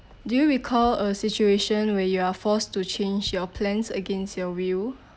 do you recall a situation where you're forced to change your plans against your will